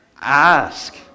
Ask